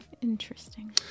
Interesting